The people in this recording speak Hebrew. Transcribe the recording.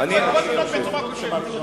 את גולדסטון בצורה,